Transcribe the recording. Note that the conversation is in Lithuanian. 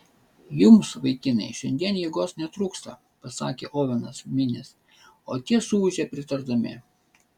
jums vaikinai šiandien jėgos netrūksta pasakė ovenas minis o tie suūžė pritardami